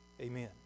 Amen